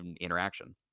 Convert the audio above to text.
interaction